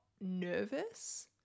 nervous